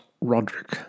Roderick